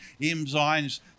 enzymes